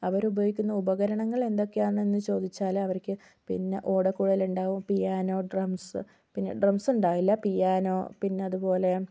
അവരുപയോഗിക്കുന്ന ഉപകരണങ്ങൾ എന്തൊക്കെയാണെന്ന് ചോദിച്ചാൽ അവർക്ക് പിന്നെ ഓടക്കുഴലുണ്ടാകും പിയാനോ ഡ്രംസ്സ് പിന്നെ ഡ്രംസ്സുണ്ടാകില്ല പിയാനോ പിന്നതുപോലെ